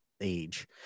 age